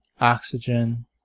oxygen